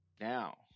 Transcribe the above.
Now